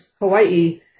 Hawaii